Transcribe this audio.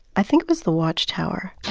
i think it was the watchtower